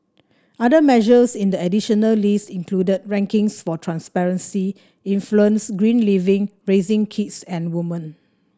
other measures in the additional list included rankings for transparency influence green living raising kids and women